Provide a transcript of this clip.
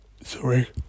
Sorry